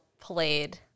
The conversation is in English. played